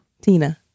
Tina